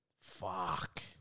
Fuck